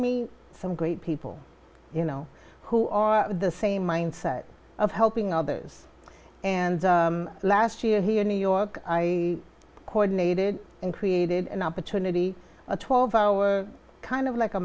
me some great people you know who are the same mindset of helping others and last year here in new york i coordinated and created an opportunity a twelve hour kind of like a